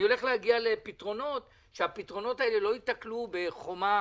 אני הולך להגיע לפתרונות ושהפתרונות האלה לא ייתקלו בחומה